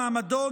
מעמדו,